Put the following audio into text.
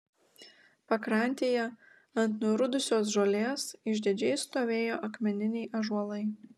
pakrantėje ant nurudusios žolės išdidžiai stovėjo akmeniniai ąžuolai